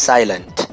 Silent